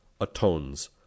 atones